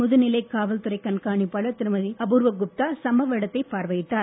முதுநிலை காவல் துறை கண்காணிப்பாளர் திருமதி அபூர்வா குப்தா சம்பவ இடத்தை பார்வையிட்டார்